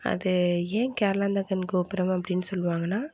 அது ஏன் கேரளா அந்தகன் கோபுரம் அப்படின் சொல்வாங்கனா